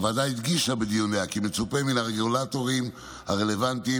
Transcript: הוועדה הדגישה בדיוניה כי מצופה מן הרגולטורים הרלוונטיים